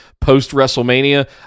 post-WrestleMania